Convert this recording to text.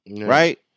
right